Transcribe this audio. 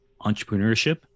entrepreneurship